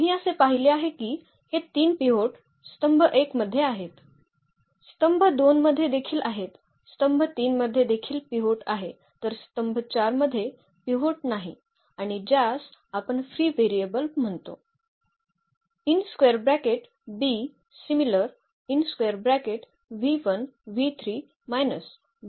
आम्ही असे पाहिले आहे की हे 3 पिव्होट स्तंभ 1 मध्ये आहेत स्तंभ 2 मध्ये देखील आहे स्तंभ 3 मध्ये देखील पिव्होट आहे तर स्तंभ 4 मध्ये पिव्होट नाही आणि ज्यास आपण फ्री व्हेरिएबल म्हणतो